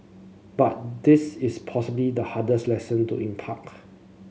but this is possibly the hardest lesson to